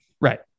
Right